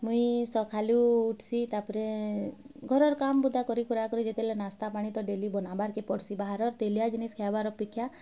ମୁଇଁ ସଖାଲୁ ଉଠସି ତା'ପରେ ଘରର କାମ୍ ବୁଦା କରିକୁରା କରି ଯେତେବେଲେ ନାସ୍ତା ପାଣି ତ ଡେଲି ବନାବାରକେ ପଡ଼ସିି ବାହାରର ତେଲିଆ ଜିନିଷ୍ ଖାଇବାର୍ ଅପେକ୍ଷା